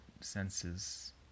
senses